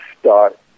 start